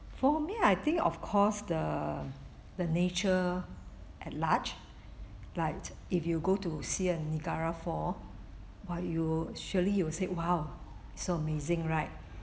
for me I think of course the the nature at large like if you go to see a niagara fall !wah! you surely you will say !wow! so amazing right